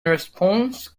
response